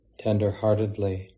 tenderheartedly